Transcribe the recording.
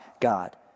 God